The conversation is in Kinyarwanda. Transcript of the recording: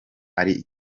ari